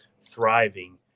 thriving